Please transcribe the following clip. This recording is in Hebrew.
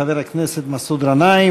חבר הכנסת מסעוד גנאים,